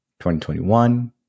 2021